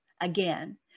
again